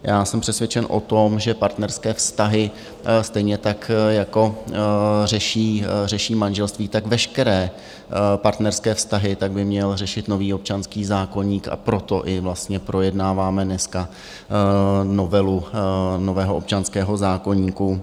Já jsem přesvědčen o tom, že partnerské vztahy, stejně tak jako řeší manželství, tak veškeré partnerské vztahy by měl řešit nový občanský zákoník, a proto i vlastně projednáváme dneska novelu nového občanského zákoníku.